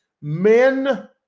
men